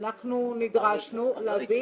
אנחנו נדרשנו להביא